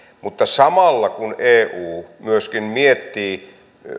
mutta samalla kun eu myöskin miettii